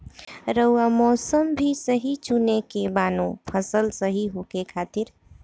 रऊआ मौसम भी सही चुने के बा नु फसल सही होखे खातिर